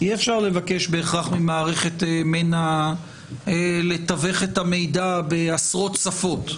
אי אפשר לבקש בהכרח ממערכת מנע לתווך את המידע בעשרות שפות.